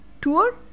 Tour